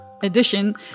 edition